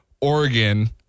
Oregon